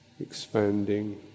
expanding